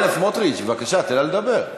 חבר הכנסת סמוטריץ, בבקשה, תן לה לדבר.